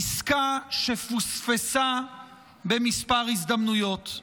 עסקה שפוספסה בכמה הזדמנויות.